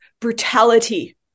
brutality